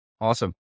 Awesome